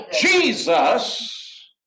Jesus